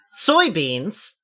Soybeans